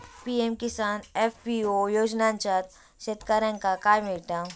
PM Kisan FPO योजनाच्यात शेतकऱ्यांका काय मिळता?